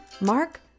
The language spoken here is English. Mark